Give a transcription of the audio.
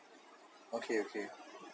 okay okay